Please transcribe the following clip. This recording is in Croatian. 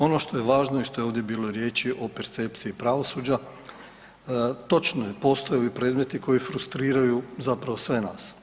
Ono što je važno i što je ovdje bilo riječi o percepciji pravosuđa, točno je, postoje predmeti koji frustriraju zapravo sve nas.